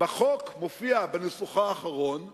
בחוק בניסוחו האחרון מופיע,